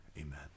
Amen